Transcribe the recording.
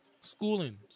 schooling